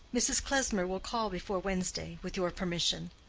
mrs. klesmer will call before wednesday, with your permission.